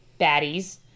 baddies